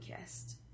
kissed